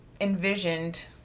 envisioned